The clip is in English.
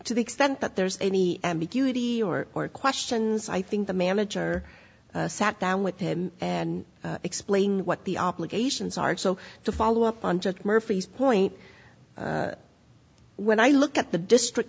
to the extent that there's any ambiguity or more questions i think the manager sat down with him and explain what the obligations are so to follow up on just murphy's point when i look at the district